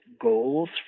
goals